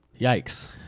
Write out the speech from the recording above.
Yikes